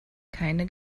keine